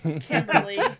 Kimberly